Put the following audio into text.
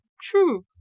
true